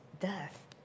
death